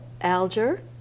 Alger